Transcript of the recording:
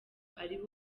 ari